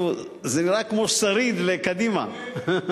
זה נראה כמו שריד לקדימה.